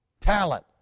Talent